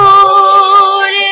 Lord